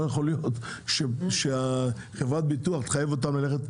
לא יכול להיות שחברת הביטוח תחייב אותם ללכת.